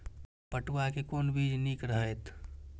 पटुआ के कोन बीज निक रहैत?